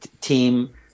team